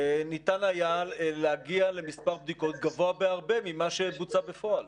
ניתן היה להגיע למספר בדיקות גבוה בהרבה ממה שבוצע בפועל.